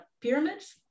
pyramids